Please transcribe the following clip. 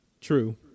true